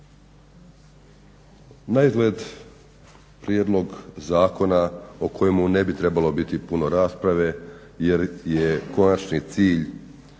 Naizgled prijedlog zakona o kojemu ne bit trebalo biti puno rasprave jer je konačni cilj